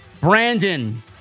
Brandon